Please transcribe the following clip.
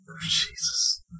jesus